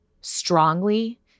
strongly